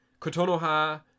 Kotonoha